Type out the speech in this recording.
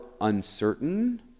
uncertain